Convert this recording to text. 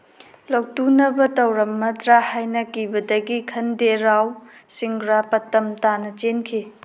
ꯂꯧꯇꯨꯅꯕ ꯇꯧꯔꯝꯃꯗ꯭ꯔꯥ ꯍꯥꯏꯅ ꯀꯤꯕꯗꯒꯤ ꯈꯟꯗꯦ ꯔꯥꯎ ꯁꯤꯡꯒ꯭ꯔꯥꯄꯇꯝ ꯇꯥꯅ ꯆꯦꯟꯈꯤ